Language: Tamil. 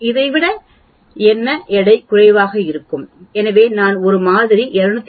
இதைவிட என்ன எடை குறைவாக இருக்கும் எனவே நான் 1 மாதிரி 250